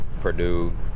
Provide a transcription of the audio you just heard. Purdue